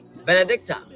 benedicta